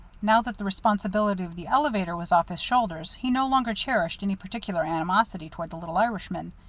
now that the responsibility of the elevator was off his shoulders he no longer cherished any particular animosity toward the little irishman,